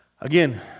Again